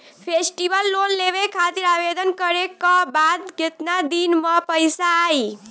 Festival loan लेवे खातिर आवेदन करे क बाद केतना दिन म पइसा आई?